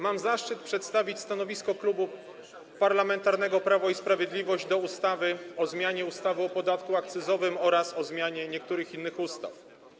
Mam zaszczyt przedstawić stanowisko Klubu Parlamentarnego Prawo i Sprawiedliwość wobec ustawy o zmianie ustawy o podatku akcyzowym oraz o zmianie niektórych innych ustaw.